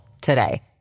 today